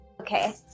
Okay